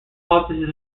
offices